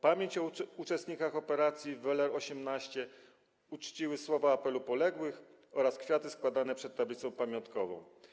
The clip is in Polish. Pamięć o uczestnikach operacji „Weller 18” uczciły słowa apelu poległych oraz kwiaty składane przed tablicą pamiątkową.